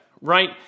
right